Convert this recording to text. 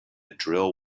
drill